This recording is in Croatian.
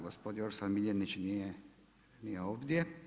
Gospodin Orsat Miljenić nije ovdje.